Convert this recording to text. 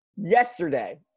yesterday